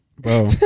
Bro